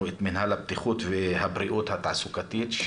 את מינהל הבטיחות והבריאות התעסוקתית,